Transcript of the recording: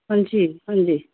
ਹਾਂਜੀ ਹਾਂਜੀ